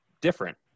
Different